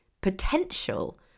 potential